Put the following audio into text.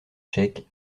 tchèque